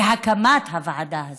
על הקמת הוועדה הזאת.